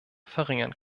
verringern